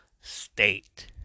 State